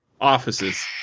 offices